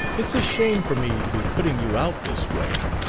it's a shame for me to be putting you out this way,